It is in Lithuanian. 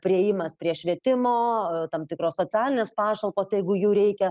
priėjimas prie švietimo tam tikros socialinės pašalpos jeigu jų reikia